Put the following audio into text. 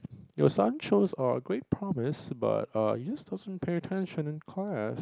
your son shows uh great promise but err he just doesn't pay attention in class